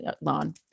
lawn